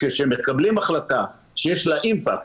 כשמקבלים החלטה שיש לה אימפקט,